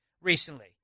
recently